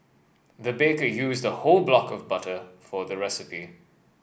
the baker used a whole block of butter for the recipe